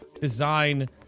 design